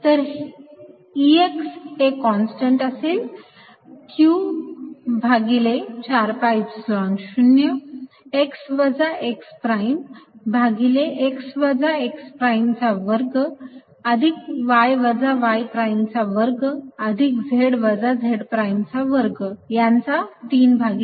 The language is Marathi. तर Ex हे कॉन्स्टन्ट असेल q भागिले 4 pi epsilon 0 x वजा x प्राइम भागिले x वजा x प्राइम चा वर्ग अधिक y वजा y प्राइम चा वर्ग अधिक z वजा z प्राइम चा वर्ग यांचा 32 घात